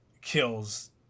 kills